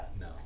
no